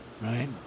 Right